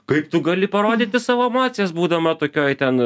kaip tu gali parodyti savo emocijas būdama tokioj ten